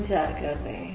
विचार कर रहे हैं